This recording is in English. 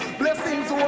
blessings